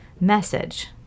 message